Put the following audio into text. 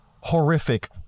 horrific